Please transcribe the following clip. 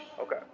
Okay